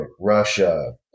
Russia